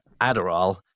Adderall